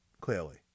clearly